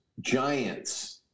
giants